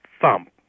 thump